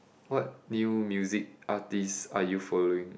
what new music artist are you following